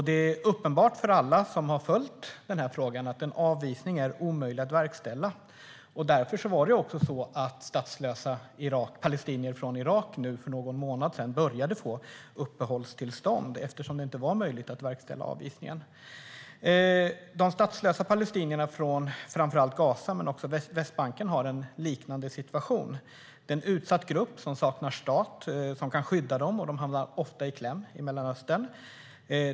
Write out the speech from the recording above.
Det är uppenbart för alla som har följt den här frågan att avvisning är omöjlig att verkställa, och därför började statslösa palestinier från Irak för någon månad sedan få uppehållstillstånd i Sverige. De statslösa palestinierna från framför allt Gaza men också Västbanken har en liknande situation. Det är en utsatt grupp som saknar stat som kan skydda dem, och de hamnar ofta i kläm i Mellanöstern.